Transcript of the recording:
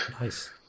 Nice